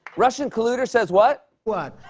russian colluder says what? what?